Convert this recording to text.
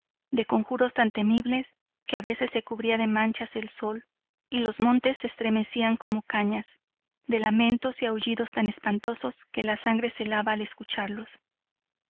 de conjuros tan temibles que a veces se cubría de manchas el sol y los montes se estremecían como cañas de lamentos y aullidos tan espantosos que la sangre se helaba al escucharlos